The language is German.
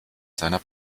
seiner